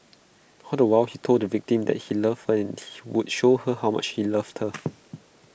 all the while he told the victim that he loved her and would show her how much he loved her